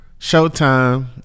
Showtime